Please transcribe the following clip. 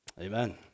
Amen